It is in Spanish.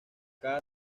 cada